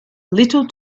little